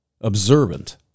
observant